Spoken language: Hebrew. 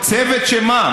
צוות שמה,